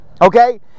okay